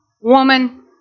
woman